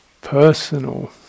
personal